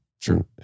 Sure